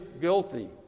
guilty